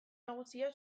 nagusia